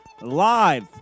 live